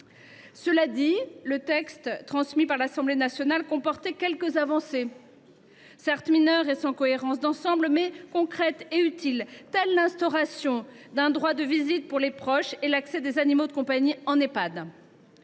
Cela dit, le texte transmis par l’Assemblée nationale comportait quelques avancées, certes mineures et sans cohérence d’ensemble, mais concrètes et utiles, telles que l’instauration d’un droit de visite pour les proches ou l’accès des animaux de compagnie aux Ehpad.